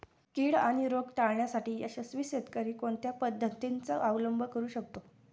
कीड आणि रोग टाळण्यासाठी यशस्वी शेतकरी कोणत्या पद्धतींचा अवलंब करू शकतो?